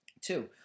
Two